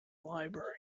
library